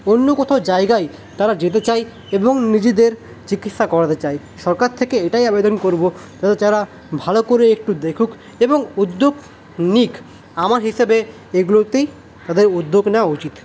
অন্য কোথাও জায়গায় তারা যেতে চায় এবং নিজেদের চিকিৎসা করাতে চায় সরকার থেকে এটাই আবেদন করব যাতে তারা ভালো করে একটু দেখুক এবং উদ্যোগ নিক আমার হিসাবে এগুলোতেই তাদের উদ্যোগ নেওয়া উচিত